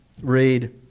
read